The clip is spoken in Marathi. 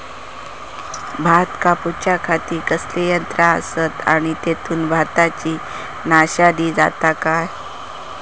भात कापूच्या खाती कसले यांत्रा आसत आणि तेतुत भाताची नाशादी जाता काय?